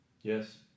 yes